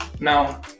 now